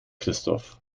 christoph